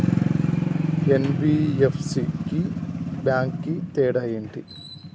NBFC కి bank కి తేడా ఏంటి?